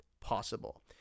possible